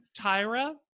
Tyra